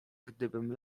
gdybym